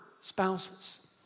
spouses